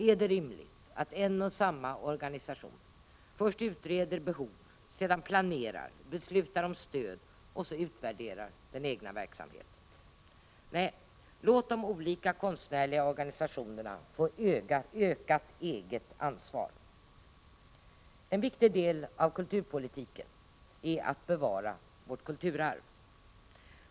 Är det rimligt att en och samma organisation först utreder behov, sedan planerar, beslutar om stöd och slutligen utvärderar den egna verksamheten? Nej, låt de olika konstnärliga organisationerna få ökat eget ansvar. En viktig del av kulturpolitiken är att bevara vårt kulturarv.